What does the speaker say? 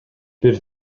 бир